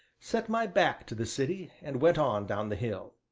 set my back to the city and went on down the hill.